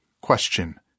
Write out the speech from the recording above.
Question